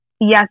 yes